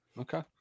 okay